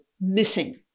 missing